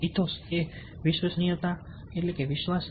Ethos એ વિશ્વસનીયતા એટલે કે વિશ્વાસ